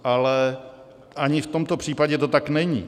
Ale ani v tomto případě to tak není.